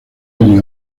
allí